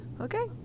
Okay